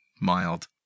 mild